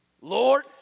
Lord